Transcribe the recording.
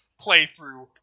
playthrough